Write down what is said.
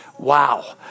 Wow